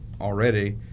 already